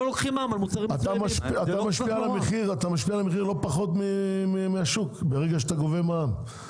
אתה משפיע על המחיר לא פחות מהשוק ברגע שאתה גובה מע"מ.